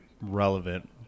relevant